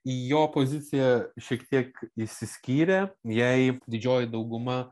jo pozicija šiek tiek išsiskyrė jei didžioji dauguma